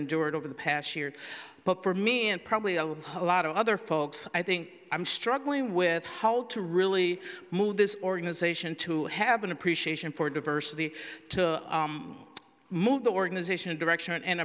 endured over the past year but for me and probably a lot of other folks i think i'm struggling with hold to really move this organization to have an appreciation for diversity to move the organization a direction and